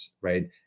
right